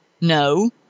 No